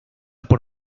por